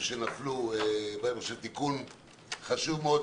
תיקון חשוב מאוד.